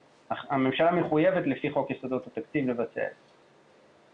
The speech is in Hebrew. הממשלה מחויבת לפי חוק יסודות התקציב לבצע את זה.